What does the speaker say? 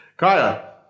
Kaya